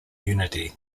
unity